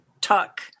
talk